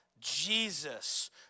Jesus